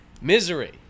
misery